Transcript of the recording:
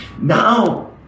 Now